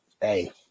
hey